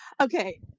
Okay